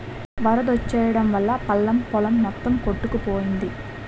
వరదొచ్చెయడం వల్లా పల్లం పొలం మొత్తం కొట్టుకుపోయింది